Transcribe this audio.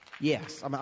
Yes